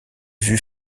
vues